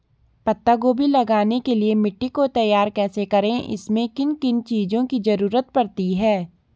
पत्ता गोभी लगाने के लिए मिट्टी को तैयार कैसे करें इसमें किन किन चीज़ों की जरूरत पड़ती है?